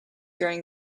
during